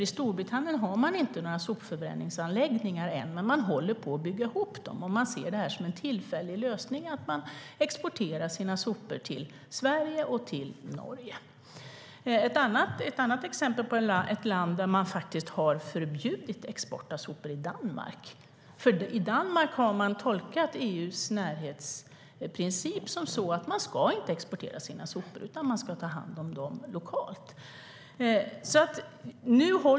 I Storbritannien har man inga sopförbränningsanläggningar ännu, men man håller på att bygga sådana. Man ser det som en tillfällig lösning att man exporterar sina sopor till Sverige och Norge. Ett annat exempel på ett land där man faktiskt har förbjudit export av sopor är Danmark. Där har man tolkat EU:s närhetsprincip på så vis att man inte ska exportera sina sopor utan ta hand om dem lokalt.